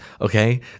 okay